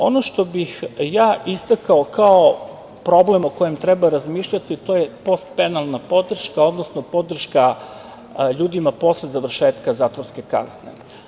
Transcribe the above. Ono što bih istakao kao problem o kome treba razmišljati, to je pospenalna podrška, odnosno podrška ljudima posle završetka zatvorske kazne.